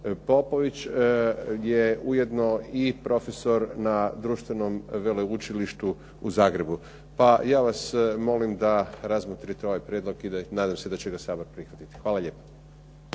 Popović je ujedno i profesor na društvenom veleučilištu u Zagrebu. Pa ja vas molim da razmotrite ovaj prijedlog i nadam se da će ga Sabor prihvatiti. Hvala lijepo.